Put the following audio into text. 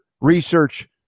research